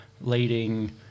leading